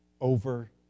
over